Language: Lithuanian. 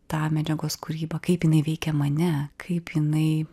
tą medžiagos kūrybą kaip jinai veikia mane kaip jinai